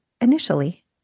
initially